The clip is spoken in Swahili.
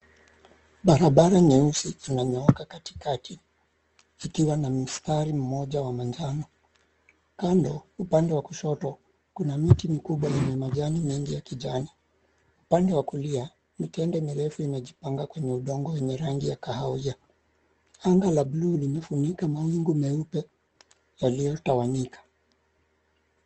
Barabara nyeusi inanyooka katikati ikiwa na mstari mmoja wa manjano. Kando, upande wa kushoto, kuna miti mikubwa yenye majani mengi ya kijani. Pande wa kulia, mitende mirefu imejipanga kwenye udongo yenye rangi ya kahawia. Anga la buluu limefunika mawingu meupe iliyotawanyika.